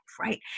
right